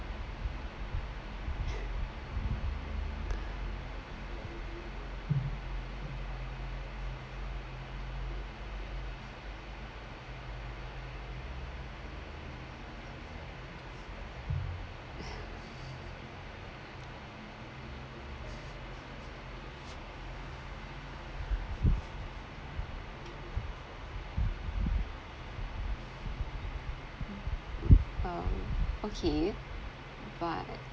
um okay but